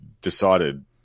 decided